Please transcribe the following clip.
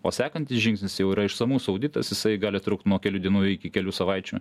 o sekantis žingsnis jau yra išsamus auditas jisai gali trukt nuo kelių dienų iki kelių savaičių